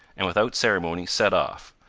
and without ceremony set off,